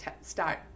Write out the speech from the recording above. start